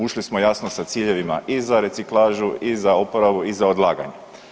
Ušli smo jasno sa ciljevima i za reciklažu, i za uporabu i za odlaganje.